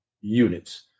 units